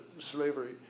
slavery